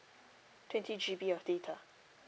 twenty G_B of data